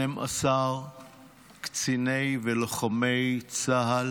12 קציני ולוחמי צה"ל